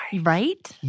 right